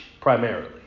primarily